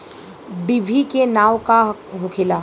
डिभी के नाव का होखेला?